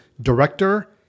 director